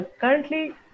currently